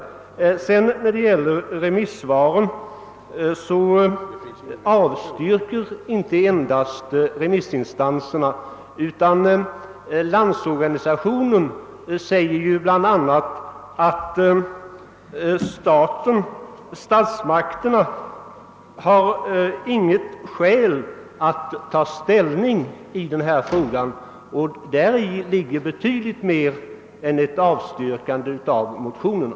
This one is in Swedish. Vidare vill jag säga till herr Larsson att remissvaren begränsar sig inte till att endast avstyrka. LO framhåller ju bl.a., att statsmakterna inte har skäl att ta ställning till denna fråga och däri ligger betydligt mer än ett avstyrkande av motionerna.